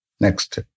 Next